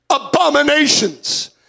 abominations